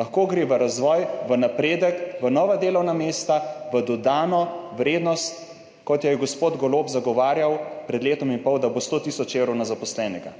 Lahko gre v razvoj, v napredek, v nova delovna mesta, v dodano vrednost, kot jo je gospod Golob zagovarjal pred letom in pol, da bo 100 tisoč evrov na zaposlenega.